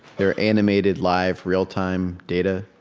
their animated, live, real-time data.